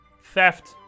theft